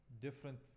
different